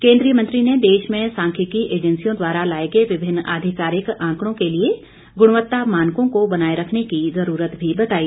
केंद्रीय मंत्री ने देश में सांख्यिकी एजेंसियों द्वारा लाए गए विभिन्न आधिकारिक आंकड़ों के लिए गुणवत्ता मानकों को बनाए रखने की जरूरत भी बताई